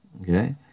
Okay